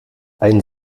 ein